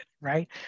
right